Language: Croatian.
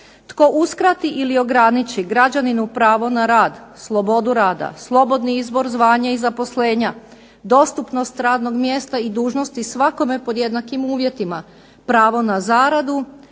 "Tko uskrati ili ograniči građaninu pravo na rad, slobodu rada, slobodni izbor zvanja i zaposlenja, dostupnost radnog mjesta i dužnosti svakome pod jednakim uvjetima, pravo na zaradu,